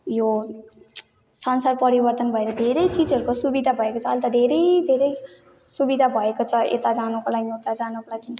यो संसार परिवर्तन भएर धेरै चिजहरूको सुविधा भएको छ अहिले त धेरै धेरै सुविधा भएको छ यता जानुको लागि उता जानुको लागि